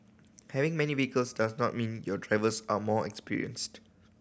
having many vehicles does not mean your drivers are more experienced